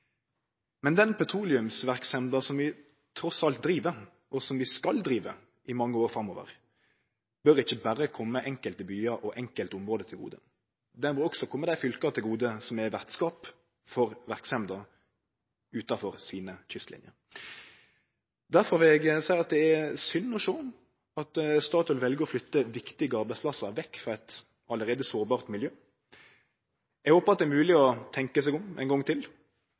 Men den petroleumsverksemda som vi trass alt driv, og som vi skal drive i mange år framover, bør ikkje berre kome enkelte byar og enkelte område til gode. Ho må også kome dei fylka til gode som er vertskap for verksemda utanfor sine kystlinjer. Derfor vil eg seie at det er synd å sjå at Statoil vel å flytte viktige arbeidsplassar vekk frå eit allereie sårbart miljø. Eg håpar at det er mogleg å tenkje seg om ein gong til,